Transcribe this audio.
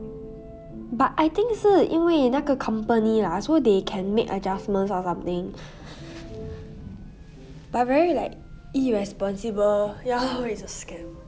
but I think 是因为那个 company ah so they can make adjustments or something but very like irresponsible ya lor it's a scam